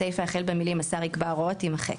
הסיפה החל במילים "השר יקבע הוראות" תימחק,